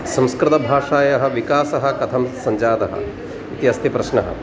संस्कृतभाषायाः विकासः कथं सञ्जातः इत्यस्ति प्रश्नः